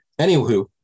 Anywho